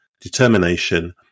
determination